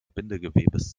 bindegewebes